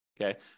okay